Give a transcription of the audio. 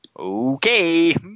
Okay